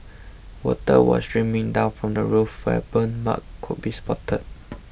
water was streaming down from the roof where burn marks could be spotted